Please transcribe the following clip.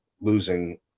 losing